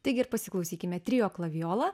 taigi ir pasiklausykime trio klavijola